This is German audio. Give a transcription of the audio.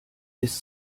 ist